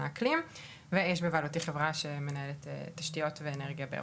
האקלים ויש בבעלותי חברה שמנהלת תשתיות ואנרגיה באירופה.